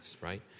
right